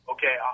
Okay